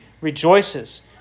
rejoices